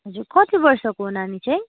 हजुर कति वर्षको हो नानी चाहिँ